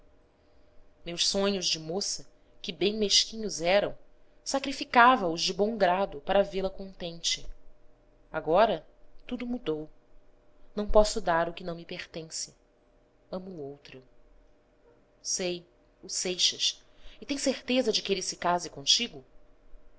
meus sonhos de moça que bem mesquinhos eram sacrificava os de bom grado para vê-la contente agora tudo mudou não posso dar o que não me pertence amo outro sei o seixas e tens certeza de que ele se case contigo